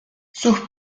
sus